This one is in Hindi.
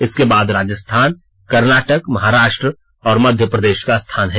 इसके बाद राजस्थान कर्नाटक महाराष्ट्र और मध्य प्रदेश का स्थान है